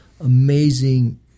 amazing